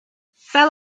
fel